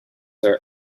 are